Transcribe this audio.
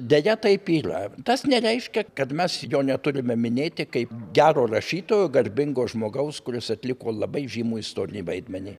deja taip yra tas nereiškia kad mes jo neturime minėti kaip gero rašytojo garbingo žmogaus kuris atliko labai žymų istorinį vaidmenį